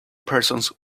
persons